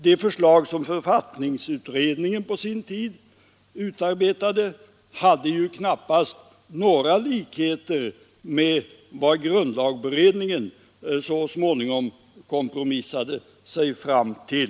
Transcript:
De förslag som författningsutredningen på sin tid utarbetade hade knappast några likheter med vad grundlagberedningen så småningom kompromissade sig fram till.